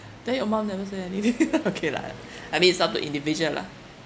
then your mum never say anything okay lah I mean it's up to individual lah